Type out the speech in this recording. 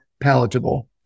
palatable